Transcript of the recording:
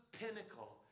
pinnacle